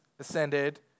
Ascended